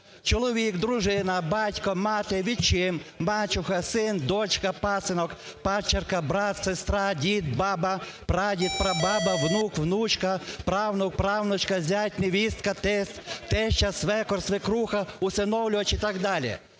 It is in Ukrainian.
"Чоловік, дружина, батько, мати, вітчим, мачуха, син, дочка, пасинок, падчерка, брат, сестра, дід, баба, прадід, прабаба, внук, внучка, правнук, правнучка, зять, невістка, тесть, теща, свекор, свекруха, усиновлювач і так далі".